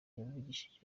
yavugishije